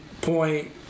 point